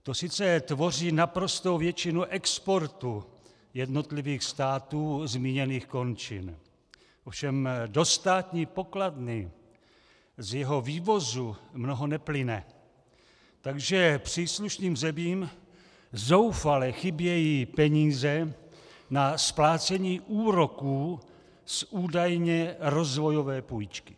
To sice tvoří naprostou většinu exportu jednotlivých států zmíněných končin, ovšem do státní pokladny z jeho vývozu mnoho neplyne, takže příslušným zemím zoufale chybějí peníze na splácení úroků z údajně rozvojové půjčky.